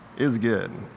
is good.